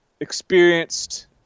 experienced